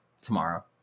tomorrow